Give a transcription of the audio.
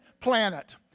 Planet